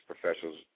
professionals